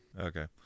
Okay